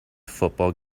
football